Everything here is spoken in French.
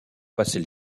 passer